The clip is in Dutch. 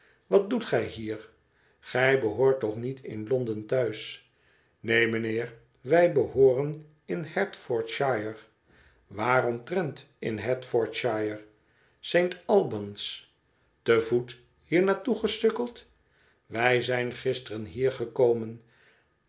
wat doet gij hier gij behoort toch niet in l o n d en thuis neen mijnheer wij behooren in hertfor dshire waaromtrent in hertfordshire saint albans te voet hier naar toe gesukkeld wij zijn gisteren hier gekomen